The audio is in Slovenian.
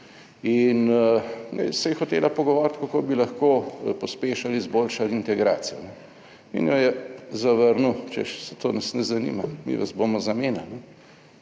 In se je hotela pogovoriti, kako bi lahko pospešili, izboljšali integracijo, in jo je zavrnil, češ, saj to nas ne zanima, mi vas bomo zamenjali.